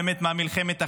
באמת ממלחמת האחים,